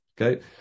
Okay